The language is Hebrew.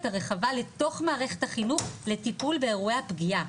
הרחבה לתוך מערכת החינוך לטיפול באירועי הפגיעה.